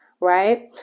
right